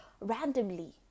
randomly